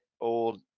old